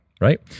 right